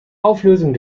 auflösung